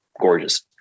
gorgeous